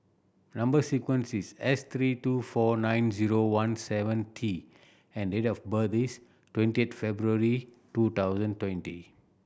number sequence is S three two four nine zero one seven T and date of birth is twenty February two thousand twenty